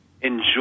enjoy